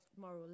moral